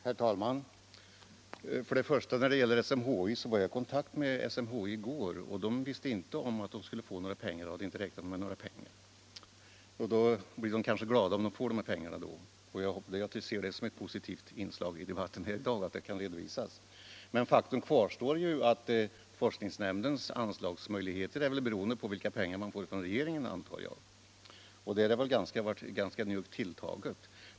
Herr talman! Vad först SMHI beträffar, så var jag i kontakt med SMHI i går, och där visste man inte om att man skulle få några pengar och hade inte räknat med detta. Då blir man kanske glad om man får de här pengarna, och jag ser det som ett positivt inslag i debatten att detta kan redovisas. Men faktum kvarstår att forskningsnämndens anslagsmöjligheter är beroende på vilka pengar regeringen ställer till förfogande, och det anslaget har varit ganska njuggt tilltaget.